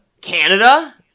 Canada